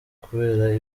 kubera